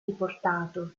riportato